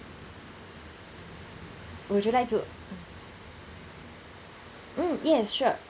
would you like to mm yes sure